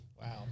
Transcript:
Wow